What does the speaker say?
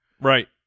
Right